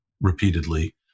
repeatedly